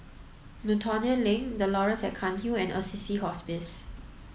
Miltonia Link The Laurels at Cairnhill and Assisi Hospice